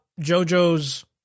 JoJo's